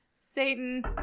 Satan